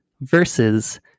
versus